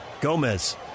Gomez